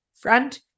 front